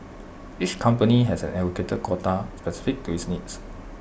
each company has an allocated quota specific to its needs